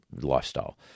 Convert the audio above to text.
lifestyle